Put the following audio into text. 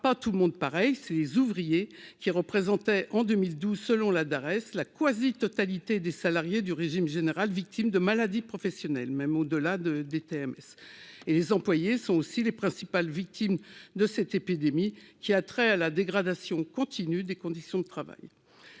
pas tout le monde pareil ces ouvriers qui représentait en 2012 selon la Darès la quasi-totalité des salariés du régime général, victimes de maladies professionnelles, même au delà de des thèmes et les employés sont aussi les principales victimes de cette épidémie qui a trait à la dégradation continue des conditions de travail,